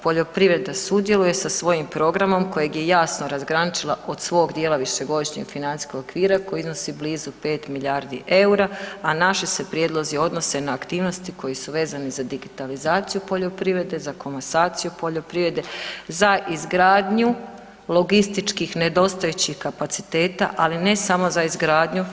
Poljoprivreda sudjeluje sa svojim programom kojeg je jasno razgraničila od svog dijela višegodišnjeg financijskog okvira koji iznosi blizu pet milijardi eura, a naši se prijedlozi odnose na aktivnosti koji su vezani za digitalizaciju poljoprivrede, za komasaciju poljoprivrede, za izgradnju logističkih nedostajućih kapaciteta ali ne samo za izgradnju.